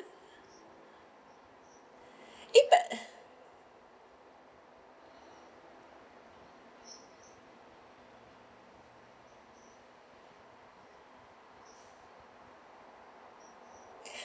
it but